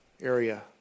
area